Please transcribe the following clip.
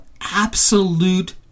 absolute